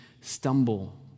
stumble